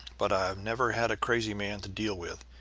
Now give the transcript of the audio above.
but i'd never had a crazy man to deal with,